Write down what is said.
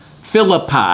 Philippi